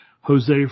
Jose